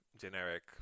generic